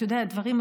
דברים,